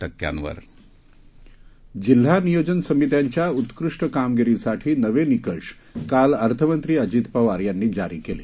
टक्क्यावर जिल्हा नियोजन समित्यांच्या उत्कृष्ट कामगिरीसाठी नवे निकष काल अर्थमंत्री अजित पवार यांनी जारी केले